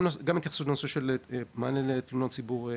נמצאת שם גם התייחסות לנושא של מענה לתלונות ציבור.